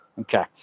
okay